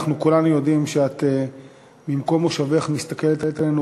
אנחנו כולנו יודעים שאת ממקום מושבך מסתכלת עלינו